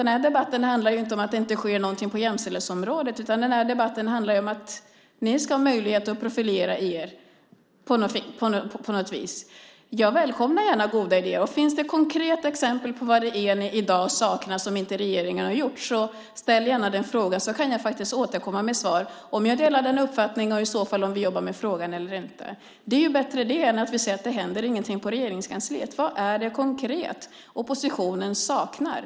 Den här debatten handlar inte om att det inte sker någonting på jämställdhetsområdet, utan den här debatten handlar om att ni ska ha möjlighet att profilera er på något vis. Jag välkomnar gärna goda idéer. Finns det konkreta exempel på vad det är ni i dag saknar, som inte regeringen har gjort, så ställ gärna den frågan. Då kan jag faktiskt återkomma med svar om jag delar den uppfattningen och om vi i så fall jobbar med frågan eller inte. Det är bättre än att ni säger att det inte händer någonting på Regeringskansliet. Vad är det konkret oppositionen saknar?